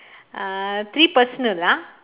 uh three personal ah